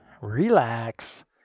relax